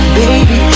baby